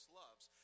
loves